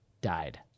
died